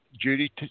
Judy